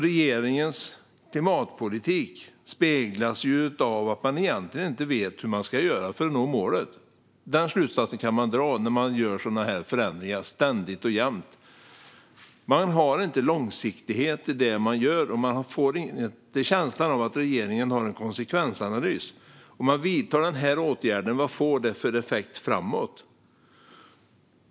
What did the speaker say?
Regeringens klimatpolitik präglas av att regeringen egentligen inte vet hur den ska göra för att nå målet. Den slutsatsen kan man dra när regeringen gör sådana här förändringar ständigt och jämt. Den har ingen långsiktighet i vad den gör, och man får ingen känsla av att regeringen har någon konsekvensanalys: Om man vidtar den här åtgärden, vad får det för effekt framåt?